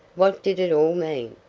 what did it all mean?